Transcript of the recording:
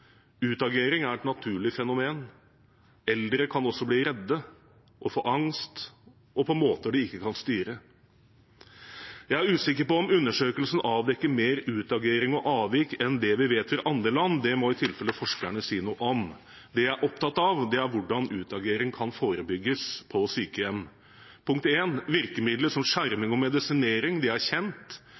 Utagering er et naturlig fenomen. Eldre kan også bli redde og få angst – og på måter de ikke kan styre. Jeg er usikker på om undersøkelsen avdekker mer utagering og avvik enn det vi vet fra andre land. Det må i tilfellet forskerne si noe om. Det jeg er opptatt av, er hvordan utagering kan forebygges på sykehjem. Punkt én: Virkemidler som skjerming og medisinering er kjent.